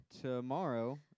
tomorrow